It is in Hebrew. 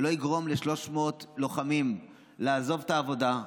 שלא יגרום ל-300 לוחמים לעזוב את העבודה.